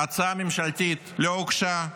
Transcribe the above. ההצעה הממשלתית לא הוגשה,